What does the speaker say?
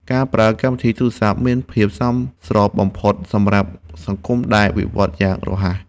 ការប្រើកម្មវិធីទូរសព្ទ មានភាពសមស្របបំផុតសម្រាប់សង្គមដែលវិវត្តន៍យ៉ាងរហ័ស។